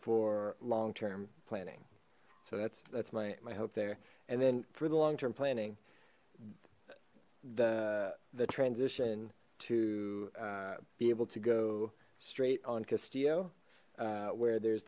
for long term planning so that's that's my hope there and then for the long term planning the the transition to be able to go straight on castillo where there's